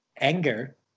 anger